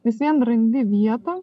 vis vien randi vietą